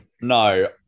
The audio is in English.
No